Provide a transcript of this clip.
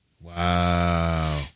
Wow